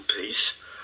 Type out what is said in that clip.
peace